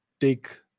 take